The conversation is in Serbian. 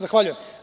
Zahvaljujem.